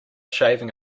shaving